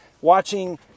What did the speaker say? watching